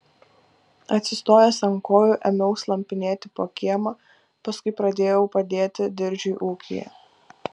atsistojęs ant kojų ėmiau slampinėti po kiemą paskui pradėjau padėti diržiui ūkyje